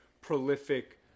prolific